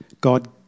God